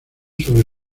sobre